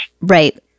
Right